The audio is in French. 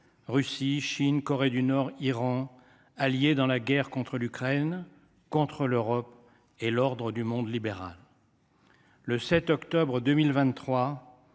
Russie, Chine, Corée du Nord et Iran se sont alliés dans la guerre contre l’Ukraine, contre l’Europe et l’ordre du monde libéral. Le 7 octobre 2023